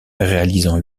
réalisant